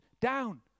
down